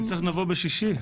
אם צריך, נבוא בשישי.